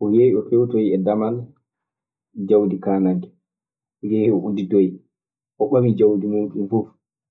o yehi oo fewtoyi e damal jawdi kaananke; o yehi o udditoyi o ɓami jawdi muuɗum fuf.